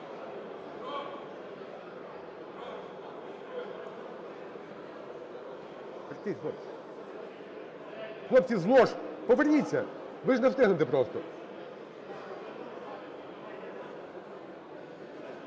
Хлопці, з лож поверніться, ви ж не встигнете просто.